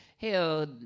Hell